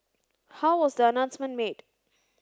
how was the announcement made